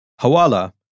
Hawala